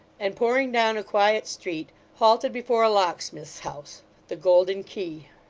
and pouring down a quiet street, halted before a locksmith's house the golden key.